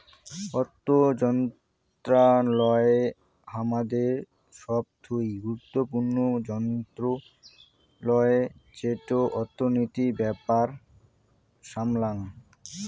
অর্থ মন্ত্রণালয় হামাদের সবথুই গুরুত্বপূর্ণ মন্ত্রণালয় যেটো অর্থনীতির ব্যাপার সামলাঙ